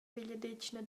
vegliadetgna